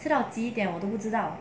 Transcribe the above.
吃到几点我就不知道